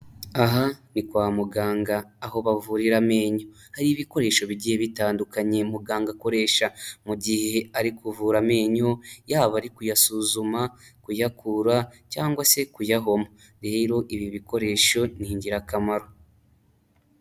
Aha ni kwa muganga aho bavurira amenyo. Hari ibikoresho bigiye bitandukanye muganga akoresha mu gihe ari kuvura amenyo, yaba ari kuyasuzuma, kuyakura cyangwase kuyahoma. Rero, ibi bikoresho ni ingirakamaro.